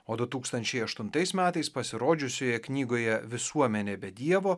o du tūkstančiai aštuntais metais pasirodžiusioje knygoje visuomenė be dievo